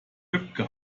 wiebke